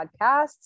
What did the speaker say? podcasts